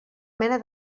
mena